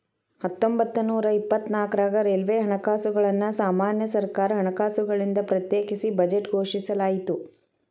ಹತ್ತೊಂಬತ್ತನೂರ ಇಪ್ಪತ್ನಾಕ್ರಾಗ ರೈಲ್ವೆ ಹಣಕಾಸುಗಳನ್ನ ಸಾಮಾನ್ಯ ಸರ್ಕಾರ ಹಣಕಾಸುಗಳಿಂದ ಪ್ರತ್ಯೇಕಿಸಿ ಬಜೆಟ್ ಘೋಷಿಸಲಾಯ್ತ